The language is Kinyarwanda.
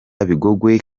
bigogwe